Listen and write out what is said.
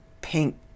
pink